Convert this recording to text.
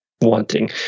wanting